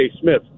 Smith